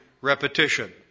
repetition